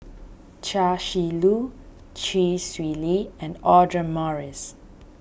Chia Shi Lu Chee Swee Lee Audra Morrice